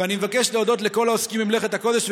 אני מבקש להודות לכל העוסקים במלאכת הקודש,